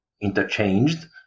interchanged